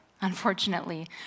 unfortunately